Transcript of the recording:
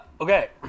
Okay